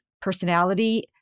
personality